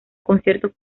conciertos